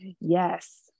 Yes